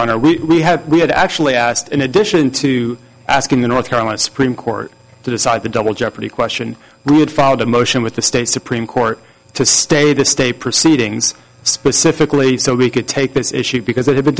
honor we have we had actually asked in addition to asking the north carolina supreme court to decide the double jeopardy question we had followed a motion with the state supreme court to stay to stay proceedings specifically so we could take this issue because they